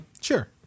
Sure